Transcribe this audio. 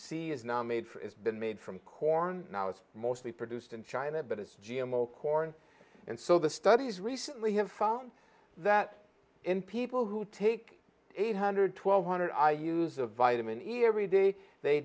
c is now made for it's been made from corn now it's mostly produced in china but it's g m o corn and so the studies recently have found that in people who take eight hundred twelve hundred i use a vitamin e every day they